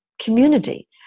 community